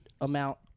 amount